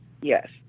Yes